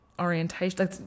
orientation